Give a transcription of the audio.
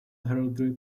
heraldry